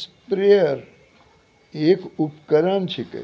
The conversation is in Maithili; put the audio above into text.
स्प्रेयर एक उपकरण छिकै,